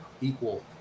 equal